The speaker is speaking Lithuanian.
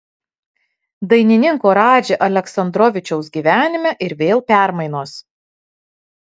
dainininko radži aleksandrovičiaus gyvenime ir vėl permainos